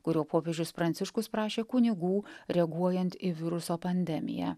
kurio popiežius pranciškus prašė kunigų reaguojant į viruso pandemiją